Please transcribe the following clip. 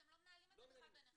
אתם לא מנהלים את זה בכלל ביניכם.